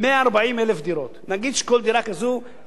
נגיד שכל דירה כזו שווה בממוצע 2 מיליון שקל,